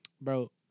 Bro